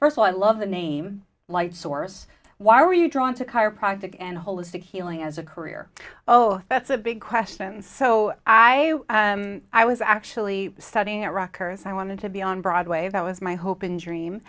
first i love the name light source why are you drawn to chiropractic and holistic healing as a career oh that's a big questions so i i was actually studying at records i wanted to be on broadway that was my hope and dream